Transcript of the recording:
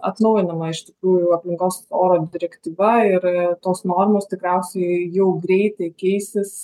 atnaujinama iš tikrųjų aplinkos oro direktyva ir tos normos tikriausiai jau greitai keisis